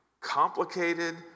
complicated